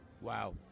Wow